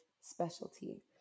specialty